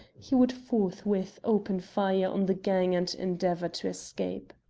he would forthwith open fire on the gang and endeavour to escape.